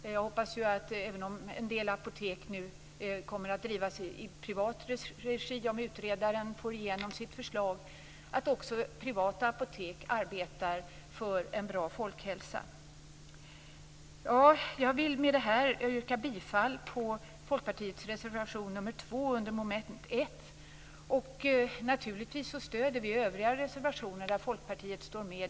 Även om en del apotek nu kommer att drivas i privat regi om utredaren får igenom sitt förslag, hoppas jag att också privata apotek arbetar för en bra folkhälsa. Med detta vill jag yrka bifall till Folkpartiets reservation 2 under moment 1. Naturligtvis stöder vi andra reservationer där Folkpartiet står med.